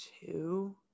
two